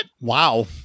Wow